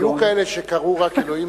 היו כאלה שקראו רק "אלוהים,